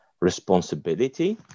responsibility